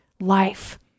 life